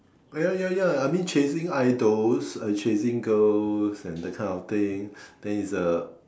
ya ya ya I mean chasing idols chasing girls and that kind of thing then is a